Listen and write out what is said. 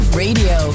radio